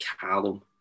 Callum